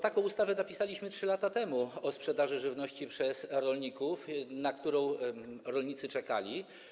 Taką ustawę napisaliśmy 3 lata temu, o sprzedaży żywności przez rolników, rolnicy na nią czekali.